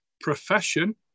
profession